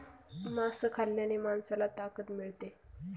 मांस खाल्ल्याने माणसाला ताकद मिळते